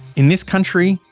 in this country,